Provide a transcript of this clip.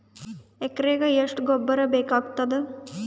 ಎಕರೆಗ ಎಷ್ಟು ಗೊಬ್ಬರ ಬೇಕಾಗತಾದ?